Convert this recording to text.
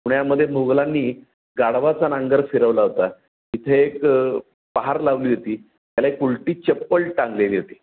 पुण्यामध्ये मुघलांनी गाढवाचा नांगर फिरवला होता इथे एक पहार लावली होती त्याला एक उलटी चप्पल टांगलेली होती